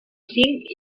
cinc